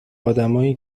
آدمایی